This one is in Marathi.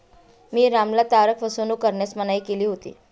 मी रामला तारण फसवणूक करण्यास मनाई केली होती